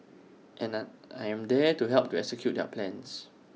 and I I am there to help to execute their plans